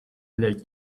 leg